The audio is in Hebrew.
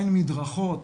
אין מדרכות,